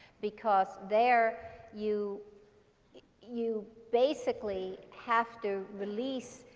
because there, you you basically have to release,